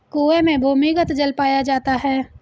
कुएं में भूमिगत जल पाया जाता है